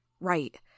Right